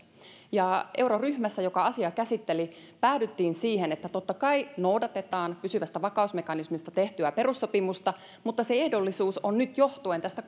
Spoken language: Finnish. euroryhmässä joka asiaa käsitteli päädyttiin siihen että totta kai noudatetaan pysyvästä vakausmekanismista tehtyä perussopimusta mutta se ehdollisuus on nyt johtuen tästä